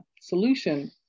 solution